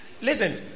Listen